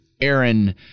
Aaron